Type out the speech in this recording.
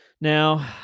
Now